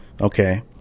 okay